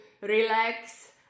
relax